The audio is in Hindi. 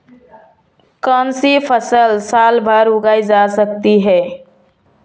कौनसी फसल साल भर उगाई जा सकती है?